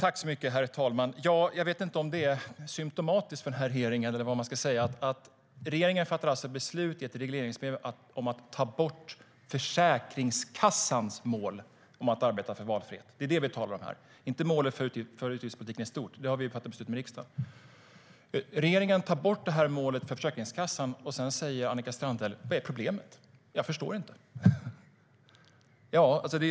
Regeringen tar bort målet för Försäkringskassan. Sedan undrar Annika Strandhäll vad problemet är. Hon förstår inte.